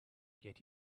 get